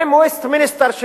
ואם "וסטמינסטר",